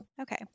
Okay